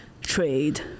trade